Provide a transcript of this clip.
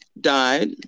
Died